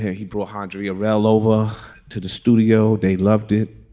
he brought codrea a rail over to the studio. they loved it.